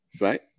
right